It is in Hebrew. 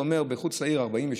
זה אומר שמחוץ לעיר, 46,